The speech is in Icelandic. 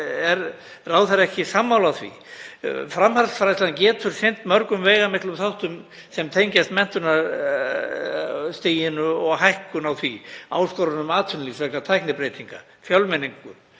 Er ráðherra ekki sammála því? Framhaldsfræðslan getur sinnt mörgum veigamiklum þáttum sem tengjast menntunarstiginu og hækkun á því, áskorunum atvinnulífs vegna tæknibreytinga, fjölmenningu,